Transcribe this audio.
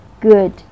Good